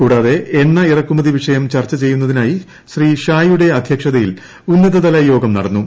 കൂടാതെ എണ്ണ ഇറക്കുമതി വിഷയം ചർച്ച ചെയ്യുന്നതിനായി ശ്രീ ഷായുടെ അധ്യക്ഷതയിൽ ഉന്നതതലയോഗം നടന്നു